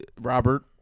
Robert